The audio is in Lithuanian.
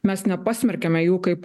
mes nepasmerkiame jų kaip